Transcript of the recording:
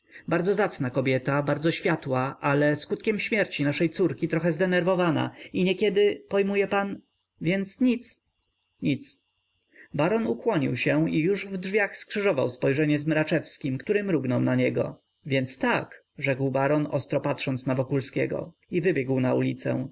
bardzo zacna kobieta bardzo światła ale skutkiem śmierci naszej córki trochę zdenerwowana i niekiedy pojmuje pan więc nic nic baron ukłonił się i już we drzwiach skrzyżował spojrzenia z mraczewskim który mrugnął na niego więc tak rzekł baron ostro patrząc na wokulskiego i wybiegł na ulicę